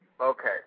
Okay